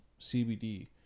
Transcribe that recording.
CBD